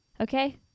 Okay